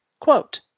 quote